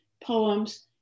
poems